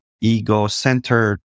ego-centered